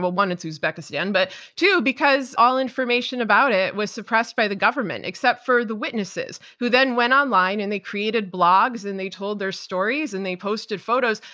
one, it's uzbekistan, but two, because all information about it was suppressed by the government. except for the witnesses who then went online and they created blogs and they told their stories and they posted photos.